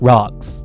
Rocks